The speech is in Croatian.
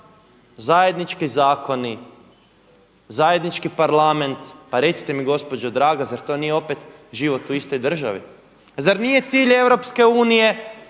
zajednički zakoni, zajednički parlament. Pa recite mi gospođo draga, pa zar to nije opet život u istoj državi? Zar nije cilj